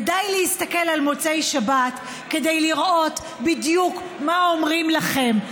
ודי להסתכל על מוצאי שבת כדי לראות בדיוק מה אומרים לכם,